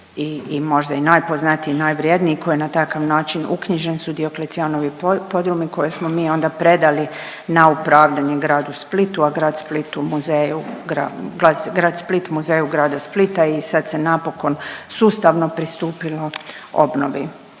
i možda i najpoznatiji i najvrjedniji koji je na takav način uknjižen su Dioklecijanovi podrumi koje smo mi onda predali na upravljanje gradu Splitu, a grad Split muzeju, grad Split Muzeju grada Splita i sad se napokon sustavno pristupilo obnovi